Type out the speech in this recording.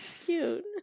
cute